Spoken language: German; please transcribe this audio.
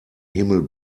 himmel